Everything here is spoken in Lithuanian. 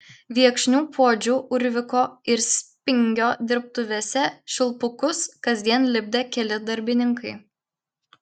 viekšnių puodžių urvikio ir spingio dirbtuvėse švilpukus kasdien lipdė keli darbininkai